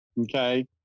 okay